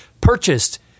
purchased